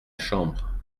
chambre